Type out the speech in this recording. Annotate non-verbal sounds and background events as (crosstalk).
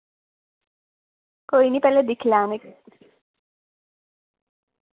कोई निं पैह्ले दिक्खी लैओ (unintelligible)